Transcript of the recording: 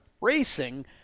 racing